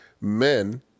men